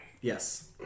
Yes